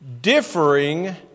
differing